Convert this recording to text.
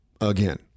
again